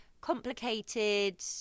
complicated